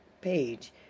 page